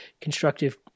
constructive